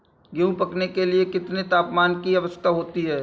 गेहूँ पकने के लिए कितने तापमान की आवश्यकता होती है?